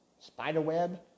Spiderweb